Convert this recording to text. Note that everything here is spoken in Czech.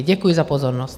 Děkuji za pozornost.